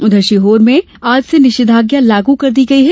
उधर सीहोर में आज से निषेधाज्ञा लागू कर दी गई है